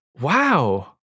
Wow